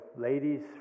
ladies